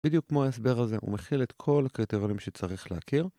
בדיוק כמו ההסבר הזה, הוא מכיל את כל הקריטריונים שצריך להכיר